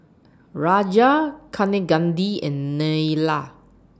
Raja Kaneganti and Neila